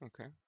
Okay